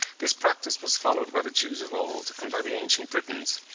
this practice was followed by the jews of old, and by the ancient britons.